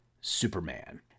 Superman